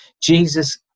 Jesus